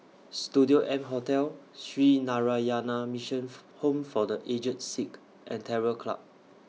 Studio M Hotel Sree Narayana Mission Home For The Aged Sick and Terror Club